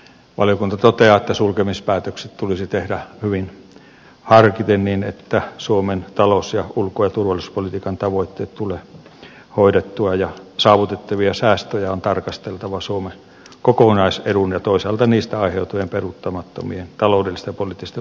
valiokunta toteaa että sulkemispäätökset tulisi tehdä hyvin harkiten niin että suomen talous ja ulko ja turvallisuuspolitiikan tavoitteet tulevat hoidettua ja saavutettavia säästöjä on tarkasteltava suomen kokonaisedun ja toisaalta niistä aiheutuvien peruuttamattomien taloudellisten ja poliittisten vaikutusten valossa